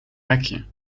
rekje